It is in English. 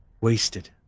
wasted